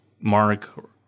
mark